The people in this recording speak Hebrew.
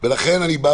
אני אומר